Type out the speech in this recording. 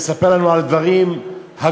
מספר לנו על הדברים ה"גדולים"